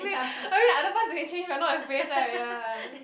I mean other parts you can change but not your face right ya